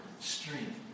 Strength